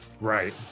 Right